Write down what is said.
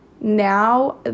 now